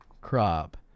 crop